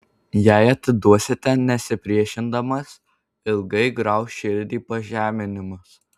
jei atiduosite nesipriešindamas ilgai grauš širdį pažeminimas